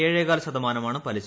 ഏഴേകാൽ ശതമാനമാണ് പലിശ